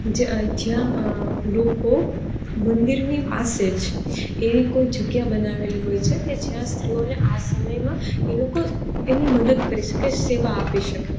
જ્યાં લોકો મંદિરની પાસે જ એવી કોઈ જગ્યા બનાવેલી હોય છે કે જ્યાં સ્ત્રીઓને આ સમયમાં એ લોકો એની મદદ કરી શકે સેવા આપી શકે